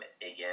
again